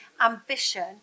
ambition